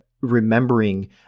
remembering